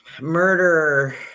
Murder